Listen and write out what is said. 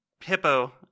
Hippo